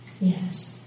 Yes